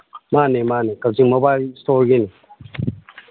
ꯃꯥꯅꯤ ꯃꯥꯅꯤ ꯀꯛꯆꯤꯡ ꯃꯣꯕꯥꯏꯜ ꯏꯁꯇꯣꯔꯒꯤꯅꯤ